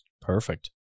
Perfect